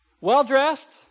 well-dressed